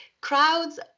Crowds